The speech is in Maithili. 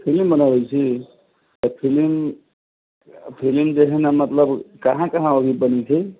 फिलिम बनबै छी तऽ फिलिम जे है न मतलब कहाँ कहाँ अभी बनै छै